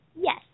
Yes